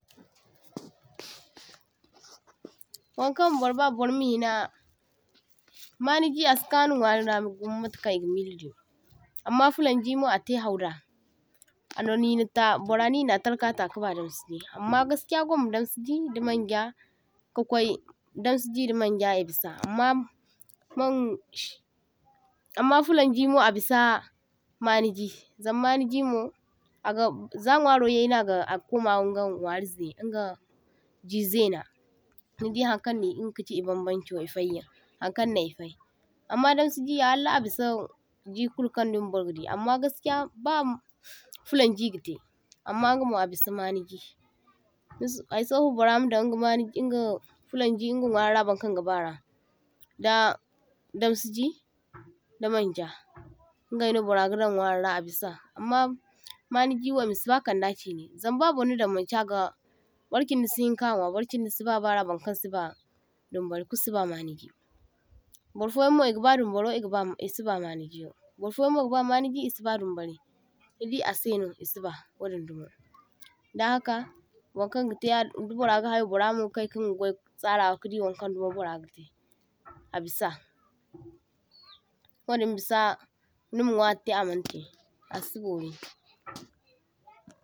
toh-toh Wankaŋ burba Burma hina maniji asi kanu nwarira matakaŋ e gamiladin amma fulan ji’mo tai hawda, ana ninata burra nina ta tarkata kaba damsiji amma gaskiya gwamma damsiji da manja kakwai damsiji da manja e bisa amma maŋ chi. Amma fulaŋ jimo abisa maniji zama manijimo aga za nwaro yay na aga aga komawa inga inga nwari zaina inga ji zaina, nidi haŋkanni inga kachi e bambaŋcho e faiyan hankaŋ e’fai amma damsiji ya wallah a bisa jikulu kaŋdimo burgadi amma gaskiya ba fulanji gatai amma ingamo abisa maniji. Ay’sofa burra ma daŋ inga mani inga fulanji inga nwarira burkaŋ gabara da damsiji da manja ingaino burra gadaŋ nwarira abisa amma manijiwo e masiba kaŋda chine zama ba burnadaŋ manchi aga burchindi sihinka nwa burchindi sibabara burkaŋsiba dumbarikul siba maniji. Burfoyaŋmo e’gaba dumbaro e’gaba e siba maniji burfoyanmo e’gaba maniji e’gaba esiba dumbari, nidi asai no e’siba wadin dimo daŋhaka wankaŋ gatai yadin di burra gahayo burra ma kai kinga gwaistarawa kadi wankaŋ dimo burra gatai abisa wadin bissa nima nwaritai amaŋ tai asibori.